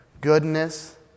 goodness